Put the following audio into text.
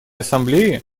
ассамблее